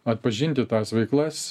atpažinti tas veiklas